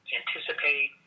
anticipate